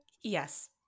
yes